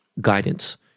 guidance